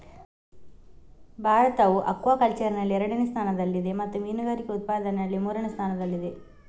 ಭಾರತವು ಅಕ್ವಾಕಲ್ಚರಿನಲ್ಲಿ ಎರಡನೇ ಸ್ಥಾನದಲ್ಲಿದೆ ಮತ್ತು ಮೀನುಗಾರಿಕೆ ಉತ್ಪಾದನೆಯಲ್ಲಿ ಮೂರನೇ ಸ್ಥಾನದಲ್ಲಿದೆ